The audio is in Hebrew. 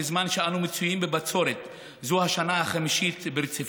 בזמן שאנו מצויים בבצורת זו השנה החמישית ברציפות.